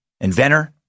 inventor